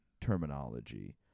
terminology